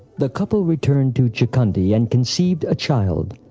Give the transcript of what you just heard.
the couple returned to chakhandi and conceived a child,